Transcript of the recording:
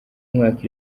mwaka